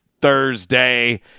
Thursday